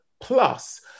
Plus